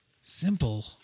simple